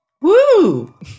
Woo